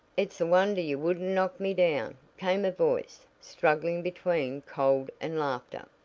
it's a wonder you wouldn't knock me down! came a voice, struggling between cold and laughter.